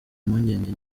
impungenge